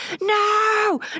no